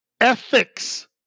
ethics